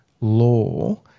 law